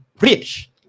rich